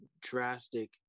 drastic